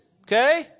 okay